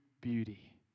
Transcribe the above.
beauty